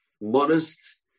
modest